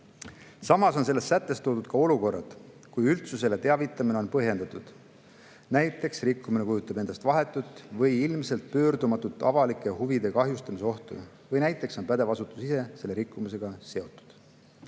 Samas on selles sättes toodud ka olukord, kui üldsusele teavitamine on põhjendatud. Näiteks kui rikkumine kujutab endast vahetut või ilmselt pöördumatut avalike huvide kahjustamise ohtu või näiteks on pädev asutus ise selle rikkumisega seotud.